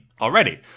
already